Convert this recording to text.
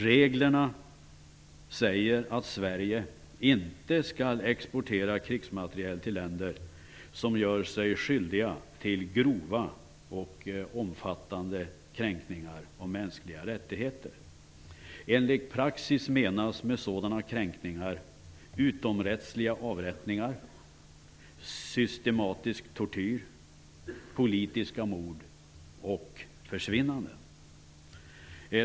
Reglerna säger att Sverige inte skall exportera krigsmateriel till länder som gör sig skyldiga till grova och omfattande kränkningar av mänskliga rättigheter. Enligt praxis menas med sådana kränkningar utomrättsliga avrättningar, systematisk tortyr, politiska mord och försvinnanden.